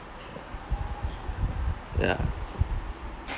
yeah